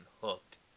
hooked